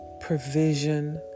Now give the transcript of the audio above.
provision